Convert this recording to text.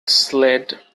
sled